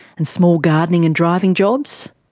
and small gardening and driving jobs?